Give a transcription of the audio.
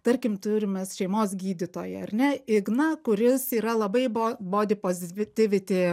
tarkim turim mes šeimos gydytoją ar ne igną kuris yra labai bo bodi pozitiviti